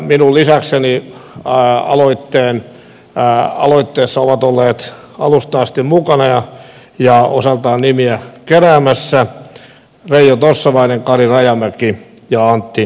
minun lisäkseni aloitteessa ovat olleet alusta asti mukana ja osaltaan nimiä keräämässä reijo tossavainen kari rajamäki ja antti rantakangas